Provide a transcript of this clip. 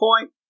point